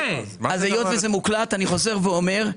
אני חוזר ואומר,